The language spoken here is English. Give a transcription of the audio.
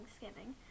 Thanksgiving